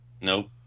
Nope